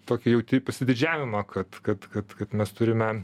tokį jauti pasididžiavimą kad kad kad kad mes turime